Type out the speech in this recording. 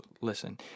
listen